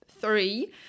three